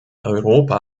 europa